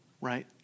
right